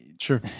Sure